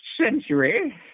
century